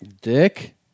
dick